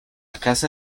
casa